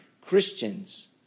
Christians